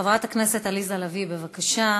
חברת הכנסת עליזה לביא, בבקשה.